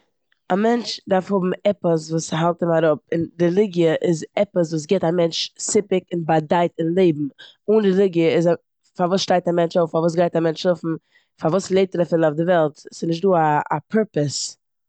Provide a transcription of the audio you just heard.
א מענטש דארף האבן עפעס וואס האט האלט אים אראפ און רעליגיע איז עפעס וואס גיבט א מענטש סיפוק און באדייט און לעבן. אן רעליגיע איז א- פארוואס שטייט א מענטש אויף, פארוואס גייט א מענטש שלאפן, פארוואס לעבט ער אפילו אויף די וועלט? ס'איז נישט דא א פורפעס.